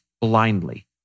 blindly